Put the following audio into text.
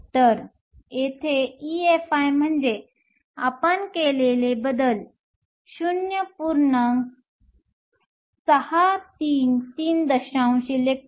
तर येथे EFi म्हणजे आपण केलेले बदल सब्स्टिटूट 0